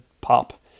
pop